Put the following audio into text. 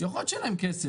יכול להיות שאין להם כסף,